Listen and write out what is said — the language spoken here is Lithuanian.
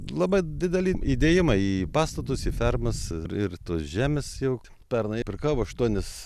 labai didelį įdėjimą į pastatus į fermas ir tos žemės jau pernai pirkau aštuonis